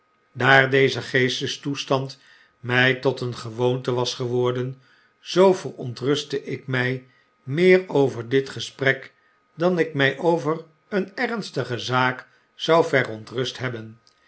daardezegeestestoestand my tot een gewoonte was geworden zoo verontrustte ik my meer over dit gesprek dan ik my over een ernstige zaak zou verontrust hebben